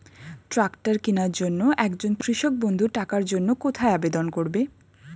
Tractor কিনার জন্য একজন কৃষক বন্ধু টাকার জন্য কোথায় আবেদন করবে?